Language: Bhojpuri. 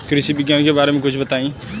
कृषि विज्ञान के बारे में कुछ बताई